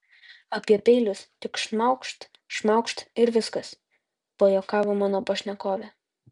apie peilius tik šmaukšt šmaukšt ir viskas pajuokavo mano pašnekovė